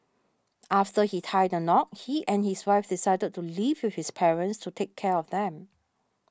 after he tied the knot he and his wife decided to live with his parents to take care of them